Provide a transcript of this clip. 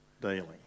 daily